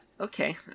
okay